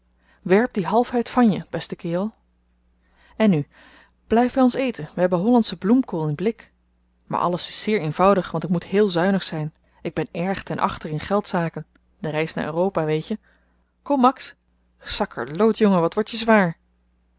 werp die halfheid van je beste kerel en nu blyf by ons eten we hebben hollandsche bloemkool in blik maar alles is zeer eenvoudig want ik moet heel zuinig zyn ik ben erg ten achter in geldzaken de reis naar europa weetje kom max sakkerloot jongen wat word je zwaar